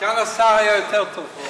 סגן השר היה יותר טוב.